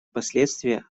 последствия